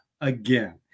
again